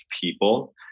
people